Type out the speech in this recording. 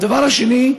הדבר השני,